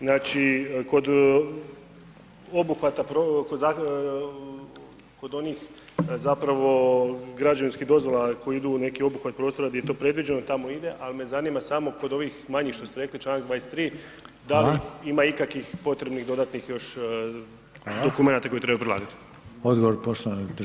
Znači kod obuhvata, kod onih zapravo građevinskih dozvola koje idu u neki obuhvat prostora gdje je to predviđeno, tamo ide ali me zanima samo kod ovih manjih što ste rekli članak 23. da li ima ikakvih potrebnih dodatnih još dokumenata koje treba prilagati.